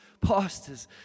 pastors